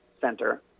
Center